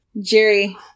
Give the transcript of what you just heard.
jerry